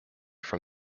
from